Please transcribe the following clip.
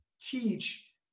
teach